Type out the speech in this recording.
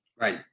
Right